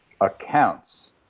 accounts